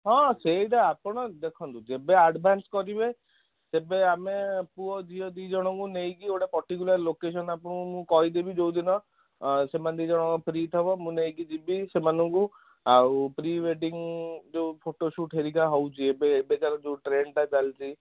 ହଁ ସେଇଟା ଆପଣ ଦେଖନ୍ତୁ ଯେବେ ଆଡ଼ଭାନ୍ସ କରିବେ ତେବେ ଆମେ ପୁଅ ଝିଅ ଦୁଇ ଜଣଙ୍କୁ ନେଇକି ଗୋଟେ ପର୍ଟିକୁଲାର ଲୋକେସନ୍ ଆପଣଙ୍କୁ ମୁଁ କହିଦେବି ଯେଉଁ ଦିନ ସେମାନେ ଦୁଇ ଜଣଙ୍କ ଫ୍ରି ଥିବ ମୁଁ ନେଇକି ଯିବି ସେମାନଙ୍କୁ ଆଉ ପ୍ରି ୱେଡ଼ିଂ ଯେଉଁ ଫଟୋ ସୁଟ୍ ହେରିକା ହେଉଛି ଏବେ ଏବେକାର ଯେଉଁ ଟ୍ରେଣ୍ଡଟା ଚାଲିଛି